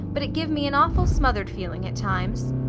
but it give me an awful smothered feeling at times.